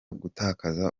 gutakaza